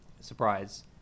Surprise